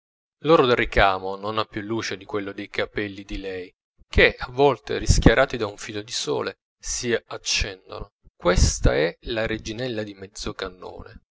l'oro del ricamo non ha più luce di quello dei capelli di lei che a volte rischiarati da un filo di sole si accendono questa è la reginella di